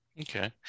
Okay